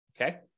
okay